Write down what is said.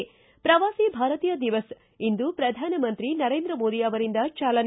ಿ ಪ್ರವಾಸಿ ಭಾರತೀಯ ದಿವಸ್ ಇಂದು ಪ್ರಧಾನಮಂತ್ರಿ ನರೇಂದ್ರ ಮೋದಿ ಅವರಿಂದ ಚಾಲನೆ